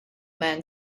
man